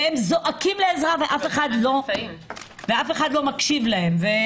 והם זועקים לעזרה אך אף אחד לא מקשיב להם.